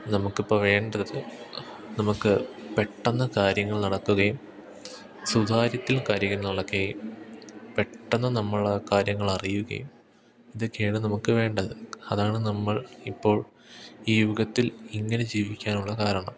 നമുക്കിപ്പോള് വേണ്ടത് നമുക്കു പെട്ടെന്നു കാര്യങ്ങൾ നടക്കുകയും സുതാര്യത്തിൽ കാര്യങ്ങള് നടക്കുകയും പെട്ടെന്നു നമ്മളാ കാര്യങ്ങൾ അറിയുകയും ഇതൊക്കെയാണു നമുക്കു വേണ്ടത് അതാണ് നമ്മൾ ഇപ്പോൾ ഈ യുഗത്തിൽ ഇങ്ങനെ ജീവിക്കാനുള്ള കാരണം